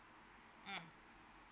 mm